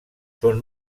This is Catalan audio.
són